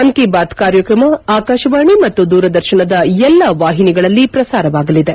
ಮನ್ ಕಿ ಬಾತ್ ಕಾರ್ಯಕ್ರಮ ಆಕಾಶವಾಣಿ ಮತ್ತು ದೂರದರ್ತನದ ಎಲ್ಲಾ ವಾಹಿನಿಗಳಲ್ಲಿ ಪ್ರಸಾರವಾಗಲಿದೆ